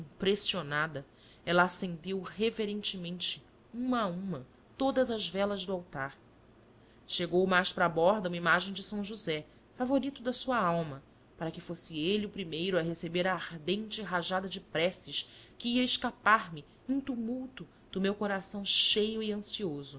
impressionada ela acendeu reverentemente uma a uma todas as velas do altar chegou mais para a borda uma imagem de são josé favorito da sua alma para que fosse ele o primeiro a receber a ardente rajada de preces que ia escapar-se em tumulto do meu coração cheio e ansioso